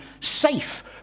safe